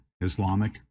Islamic